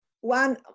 one